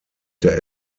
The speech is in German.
der